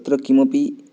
तत्र किमपि